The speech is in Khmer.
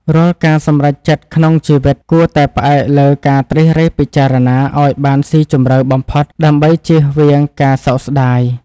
រាល់ការសម្រេចចិត្តក្នុងជីវិតគួរតែផ្អែកលើការត្រិះរិះពិចារណាឱ្យបានស៊ីជម្រៅបំផុតដើម្បីចៀសវាងការសោកស្តាយ។